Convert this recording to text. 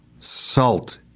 salt